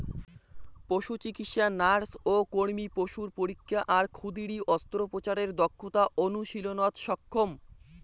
পশুচিকিৎসা nurse ও কর্মী পশুর পরীক্ষা আর ক্ষুদিরী অস্ত্রোপচারের দক্ষতা অনুশীলনত সক্ষম